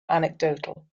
anecdotal